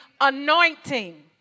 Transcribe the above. anointing